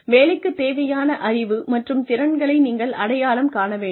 வேலைக்குத் தேவையான அறிவு மற்றும் திறன்களை நீங்கள் அடையாளம் காண வேண்டும்